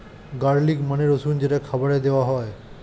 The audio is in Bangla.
গার্লিক মানে রসুন যেটা খাবারে দেওয়া হয়